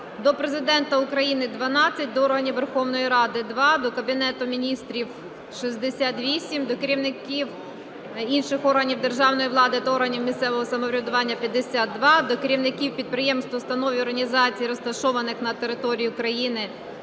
до Президента України – 12; до органів Верховної Ради – 2; до Кабінету Міністрів – 68; до керівників інших органів державної влади та органів місцевого самоврядування – 52; до керівників підприємств, установ і організацій, розташованих на території України